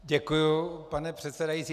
Děkuju, pane předsedající.